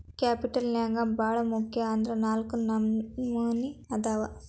capital ನ್ಯಾಗ್ ಭಾಳ್ ಮುಖ್ಯ ಅಂದ್ರ ನಾಲ್ಕ್ ನಮ್ನಿ ಅದಾವ್